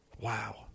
wow